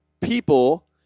people